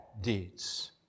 deeds